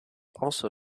also